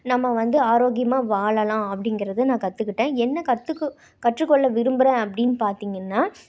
நம்ம வந்து ஆரோக்கியமா வாழலாம் அப்படிங்கறத நான் கற்றுக்கிட்டேன் என்ன கற்றுக்க கற்றுக்கொள்ள விரும்புறேன் அப்படின்னு பார்த்திங்கன்னா